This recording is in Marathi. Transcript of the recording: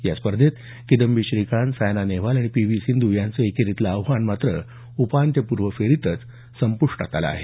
या स्पर्धेत किदंबी श्रीकांत सायना नेहवाल आणि पी व्ही सिंधू यांचं एकेरीतलं आव्हान मात्र उपांत्यपूर्व फेरीतच संप्रष्टात आलं आहे